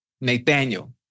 Nathaniel